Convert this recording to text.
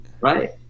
right